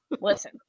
listen